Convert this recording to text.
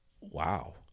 wow